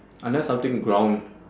unless something ground